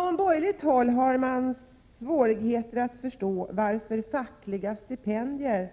På borgerligt håll har man svårigheter att förstå varför fackliga stipendier